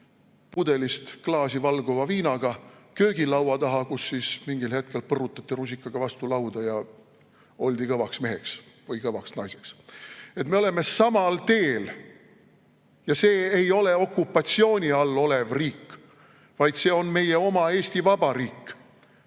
pudelist klaasi valguva viinaga köögilaua taha, kus mingil hetkel põrutati rusikaga vastu lauda ja oldi kõvaks meheks või naiseks.Me oleme samal teel. Ja see ei ole okupatsiooni all olev riik, vaid see on meie oma Eesti Vabariik,